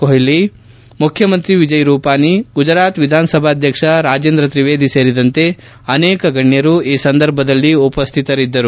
ಕೊಟ್ಲಿ ಮುಖ್ಯಮಂತ್ರಿ ವಿಜಯ್ ರೂಪಾನಿ ಗುಜರಾತ್ ವಿಧಾನಸಭಾದ್ಯಕ್ಷ ರಾಜೇಂದ್ರ ತ್ರಿವೇದಿ ಸೇರಿದಂತೆ ಅನೇಕ ಗಣ್ಣರು ಈ ಸಂದರ್ಭದಲ್ಲಿ ಉಪಸ್ಥಿತರಿದ್ದರು